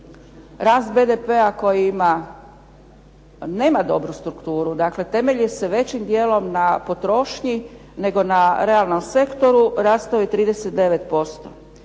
rast BDP-a koji nema dobru strukturu, temelji se većim dijelom na potrošnji nego na realnom sektoru rastao je 39%.